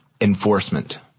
enforcement